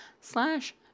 slash